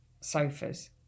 sofas